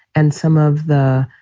and some of the